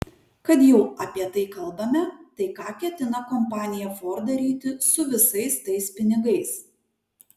kad jau apie tai kalbame tai ką ketina kompanija ford daryti su visais tais pinigais